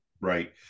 Right